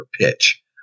pitch